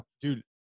dude